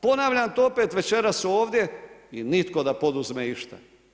Ponavljam to opet večeras ovdje i nitko da poduzme išta.